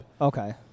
Okay